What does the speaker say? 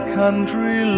country